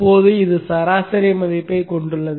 இப்போது இது சராசரி மதிப்பைக் கொண்டுள்ளது